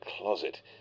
closet